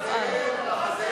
להצביע.